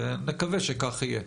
נקווה שכך יהיה.